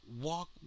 walk